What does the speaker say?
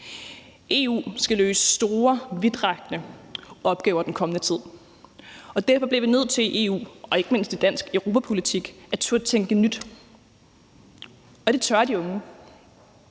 EU skal løse store, vidtrækkende opgaver den kommende tid, og derfor bliver vi nødt til i EU og ikke mindst i dansk europapolitik at turde tænke nyt, og det tør de unge.